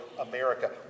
America